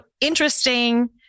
interesting